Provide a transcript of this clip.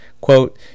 quote